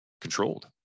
controlled